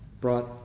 brought